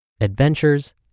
adventures